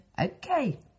Okay